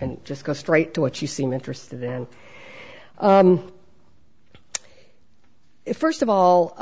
and just go straight to what you seem interested in first of all